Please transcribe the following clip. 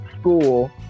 school